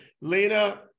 Lena